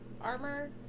armor